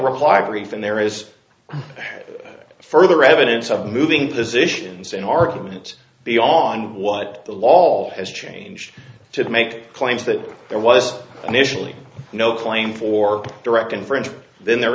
reply brief and there is further evidence of moving positions in argument beyond what the law all has changed to make claims that there was initially no claim for direct infringement then there